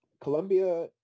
Colombia